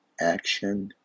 action